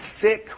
sick